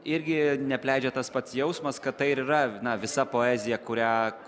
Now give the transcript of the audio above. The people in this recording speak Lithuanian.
irgi neapleidžia tas pats jausmas kad tai ir yra na visa poezija kurią